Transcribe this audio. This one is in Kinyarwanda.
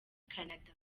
canada